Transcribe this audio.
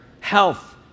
health